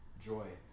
joy